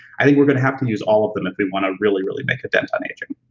i think we're gonna have to use all of them if we wanna really, really make a dent on aging.